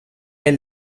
est